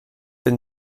been